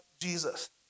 Jesus